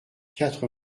quatre